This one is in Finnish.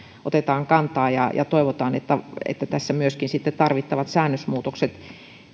otetaan kantaa toivotaan että tässä myöskin sitten tarvittavat säännösmuutokset